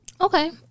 Okay